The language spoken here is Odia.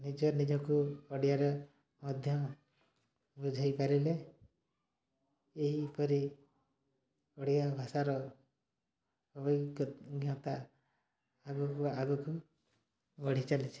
ନିଜ ନିଜକୁ ଓଡ଼ିଆରେ ମଧ୍ୟ ବୁଝାଇ ପାରିଲେ ଏହିପରି ଓଡ଼ିଆ ଭାଷାର ଅଭିଜ୍ଞତା ଆଗକୁ ଆଗକୁ ବଢ଼ି ଚାଲିଛି